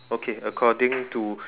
okay according to